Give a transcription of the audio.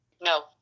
no